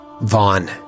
Vaughn